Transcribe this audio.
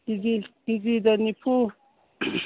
ꯀꯤ ꯖꯤꯗ ꯅꯤꯐꯨ